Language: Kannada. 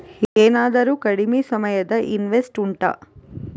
ಏನಾದರೂ ಕಡಿಮೆ ಸಮಯದ ಇನ್ವೆಸ್ಟ್ ಉಂಟಾ